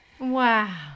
Wow